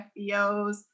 FBOs